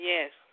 Yes